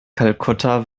kalkutta